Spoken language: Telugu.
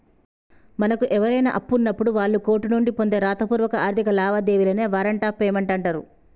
మనకు ఎవరైనా అప్పున్నప్పుడు వాళ్ళు కోర్టు నుండి పొందే రాతపూర్వక ఆర్థిక లావాదేవీలనే వారెంట్ ఆఫ్ పేమెంట్ అంటరు